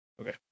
okay